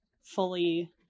fully